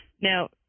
Now